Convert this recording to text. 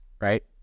right